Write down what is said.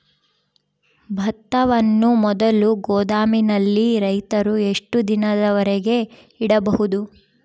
ಭತ್ತವನ್ನು ಮೊದಲು ಗೋದಾಮಿನಲ್ಲಿ ರೈತರು ಎಷ್ಟು ದಿನದವರೆಗೆ ಇಡಬಹುದು?